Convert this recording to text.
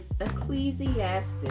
Ecclesiastes